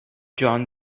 john